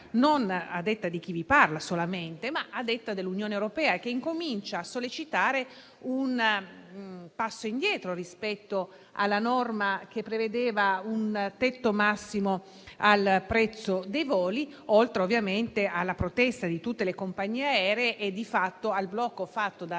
solamente di chi vi parla, ma dell'Unione europea, che comincia a sollecitare un passo indietro rispetto alla norma che prevedeva un tetto massimo al prezzo dei voli, oltre ovviamente alla protesta di tutte le compagnie aeree e, di fatto, al blocco operato da Ryanair